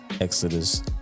Exodus